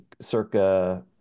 circa